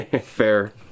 Fair